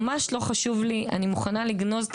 ממש לא חשוב לי אני מוכנה לגנוז את